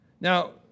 Now